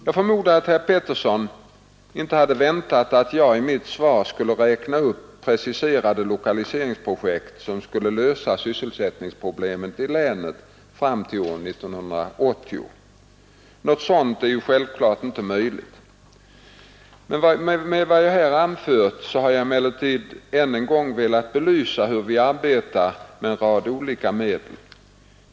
Jag förmodar att herr Petersson inte hade väntat att jag i mitt svar skulle kunna räkna upp preciserade lokaliseringsprojekt som skulle lösa sysselsättningsproblemen i länet fram till år 1980. Något sådant är självklart inte möjligt. Med vad jag här anfört har jag emellertid än en gång velat belysa hur vi arbetar med en rad olika medel.